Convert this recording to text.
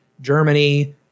germany